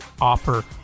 offer